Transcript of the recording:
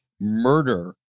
murder